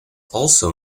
also